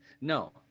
no